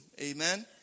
Amen